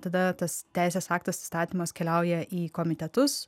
tada tas teisės aktas įstatymas keliauja į komitetus